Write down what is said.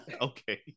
Okay